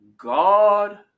God